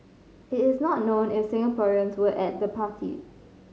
it is not known if Singaporeans were at the party